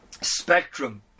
spectrum